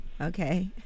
Okay